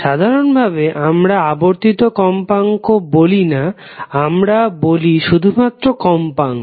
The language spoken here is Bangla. সাধারাণ ভাবে আমরা আবর্তিত কম্পাঙ্ক বলি না আমরা বলি শুধুমাত্র কম্পাঙ্ক